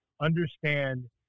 understand